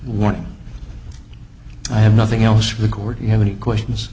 one i have nothing else record you have any questions